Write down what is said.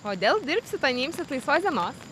kodėl dirbsit o neimsit laisvos dienos